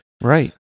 right